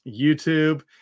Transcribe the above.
YouTube